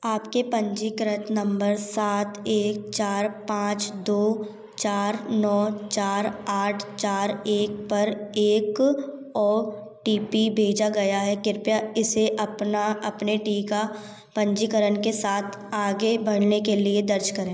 आपके पंजीकृत नम्बर सात एक चार पाँच दो चार नौ चार आठ चार एक पर एक ओ टी पी भेजा गया है कृपया इसे अपना अपने टीका पंजीकरण के साथ आगे बढ़ने के लिए दर्ज करें